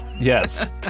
Yes